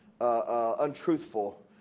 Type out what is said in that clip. untruthful